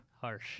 Harsh